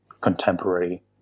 contemporary